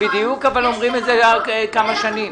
אתם בדיוק אבל אומרים את זה כמה שנים.